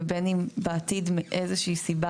ובין אם בעתיד מאיזושהי סיבה,